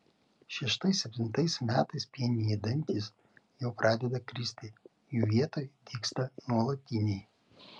šeštais septintais metais pieniniai dantys jau pradeda kristi jų vietoj dygsta nuolatiniai